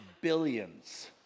billions